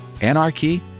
Anarchy